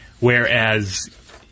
Whereas